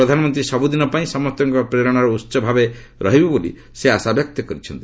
ପ୍ରଧାନମନ୍ତ୍ରୀ ସବୁଦିନ ପାଇଁ ସମସ୍ତଙ୍କର ପ୍ରେରଣାର ଉତ୍ସ ଭାବେ ରହିବେ ବୋଲି ସେ ଆଶାବ୍ୟକ୍ତ କରିଛନ୍ତି